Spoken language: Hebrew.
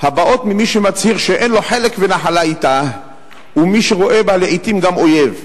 הבאות ממי שמצהיר שאין לו חלק ונחלה אתה ומי שרואה בה לעתים גם אויב.